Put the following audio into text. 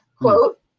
quote